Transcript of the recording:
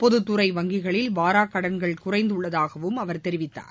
பொது துறை வங்கிகளில் வராக்கடன்கள் குறைந்துள்ளதாகவும் அவர் தெரிவித்தார்